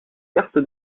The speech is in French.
carte